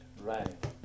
right